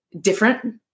different